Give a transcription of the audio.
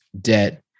debt